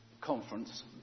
conference